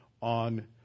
on